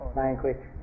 language